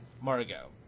margot